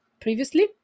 previously